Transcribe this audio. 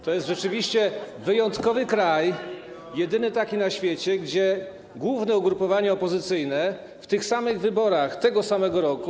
To jest rzeczywiście wyjątkowy kraj, jedyny taki na świecie, gdzie główne ugrupowanie opozycyjne w tych samych wyborach tego samego roku.